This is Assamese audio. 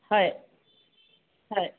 হয় হয়